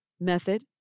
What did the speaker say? method